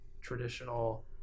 traditional